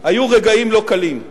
היו רגעים לא קלים,